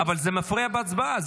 זה מפריע בהצבעה.